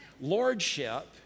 lordship